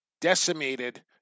decimated